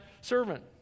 servant